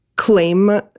claim